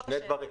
זאת השאלה שלי.